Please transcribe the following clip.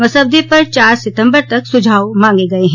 मसौदे पर चार सितम्बर तक सुझाव मांगे गए हैं